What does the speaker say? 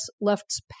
left's